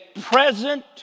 present